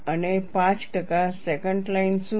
અને 5 ટકા secant line શું છે